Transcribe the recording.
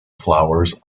flowers